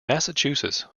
massachusetts